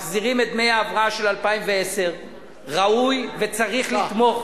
מחזירים את דמי ההבראה של 2010. ראוי וצריך לתמוך.